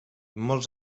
molts